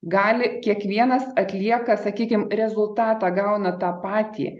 gali kiekvienas atlieka sakykim rezultatą gauna tą patį